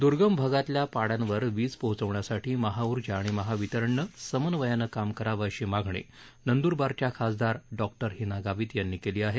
द्गम भागातल्या पाङ्यावर वीज पोहोचवण्यासाठी महाऊर्जा आणि महावितरणनं समन्वयानं काम करावं अशी मागणी नंद्रबारच्या खासदार डॉक्टर हिना गावित यांनी केली आहे